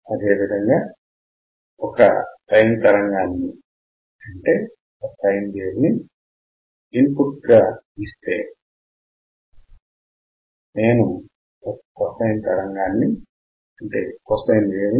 అదేవిధముగా ఒక సైన్ తరంగాన్ని అనువర్తింప చేస్తే కోసైన్ తరంగాన్నినేను పొందగలను